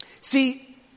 see